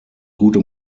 gute